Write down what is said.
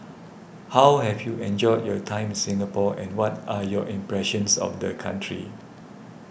how have you enjoyed your time in Singapore and what are your impressions of the country